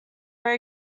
very